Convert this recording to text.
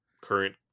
current